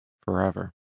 forever